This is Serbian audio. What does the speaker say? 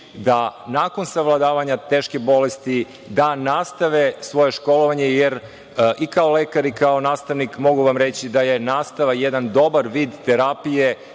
da nakon savladavanja teške bolesti, da nastave svoje školovanje, jer i kao lekar i kao nastavnik mogu vam reći da je nastava jedan dobar vid terapije